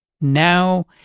Now